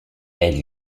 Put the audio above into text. elle